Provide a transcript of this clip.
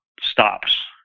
stops